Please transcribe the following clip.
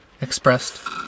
expressed